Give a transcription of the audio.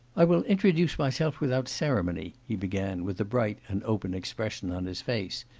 i will introduce myself without ceremony he began with a bright and open expression on his face.